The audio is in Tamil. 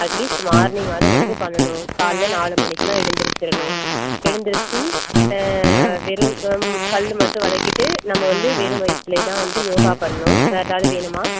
அட்லீஸ்ட் மார்னிங்காவது வந்து பண்ணணும் காலைல நாலு மணிக்கெல்லாம் எழுந்திரிச்சிறணும் எழுந்துரிச்சி வெறும் பல் மட்டும் விளக்கிட்டு நம்ம வந்து வெறும் வயித்துலையே வந்து யோகா பண்ணணும் வேறு எதாவது வேணும்மா